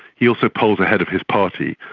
he also polls ahead of his party.